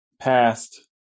past